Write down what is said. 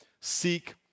seek